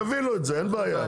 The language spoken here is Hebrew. יביא לו את זה, אין בעיה.